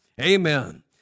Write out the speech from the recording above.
Amen